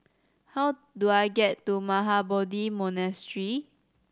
how do I get to Mahabodhi Monastery